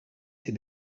ces